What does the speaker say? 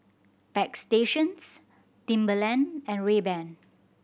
Bagstationz Timberland and Rayban